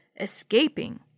Escaping